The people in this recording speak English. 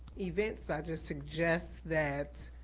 events. i just suggest that